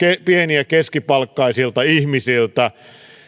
pieni ja keskipalkkaisilta ihmisiltä